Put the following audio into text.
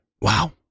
Wow